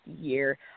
year